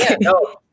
no